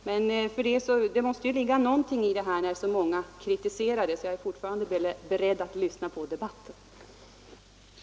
Men med tanke på att många kritiserar denna utbildning är jag fortfarande beredd att lyssna på debattinläggen i frågan.